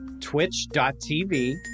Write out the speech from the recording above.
twitch.tv